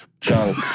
junk